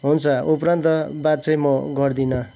हुन्छ उप्रान्त बात चाहिँ म गर्दिनँ